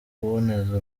kuboneza